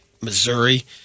Missouri